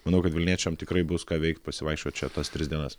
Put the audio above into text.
manau kad vilniečiam tikrai bus ką veikt pasivaikščiot čia tas tris dienas